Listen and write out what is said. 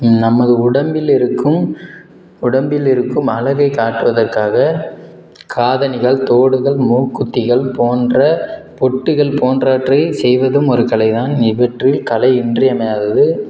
நமது உடம்பில் இருக்கும் உடம்பில் இருக்கும் அழகை காப்பதற்காக காதணிகள் தோடுகள் மூக்குத்திகள் போன்ற பொட்டுகள் போன்றவற்றை செய்வதும் ஒரு கலை தான் இவற்றில் கலை இன்றியமையாதது